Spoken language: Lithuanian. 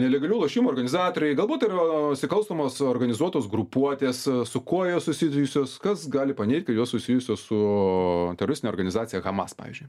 nelegalių lošimų organizatoriai galbūt yra nusikalstamos organizuotos grupuotės su kuo jos susijusios kas gali paneigt kad jos susijusios su teroristine organizacija hamas pavyzdžiui